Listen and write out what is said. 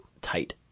tight